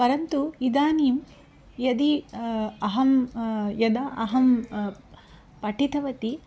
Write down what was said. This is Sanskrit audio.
परन्तु इदानीं यदि अहं यदा अहं पठितवती